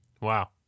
Wow